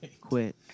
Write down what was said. quit